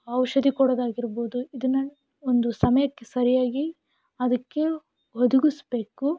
ಔಷಧಿ ಕೊಡೋದಾಗಿರ್ಬೋದು ಇದನ್ನು ಒಂದು ಸಮಯಕ್ಕೆ ಸರಿಯಾಗಿ ಅದಕ್ಕೆ ಒದಗಿಸ್ಬೇಕು